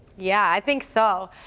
yeah i think so.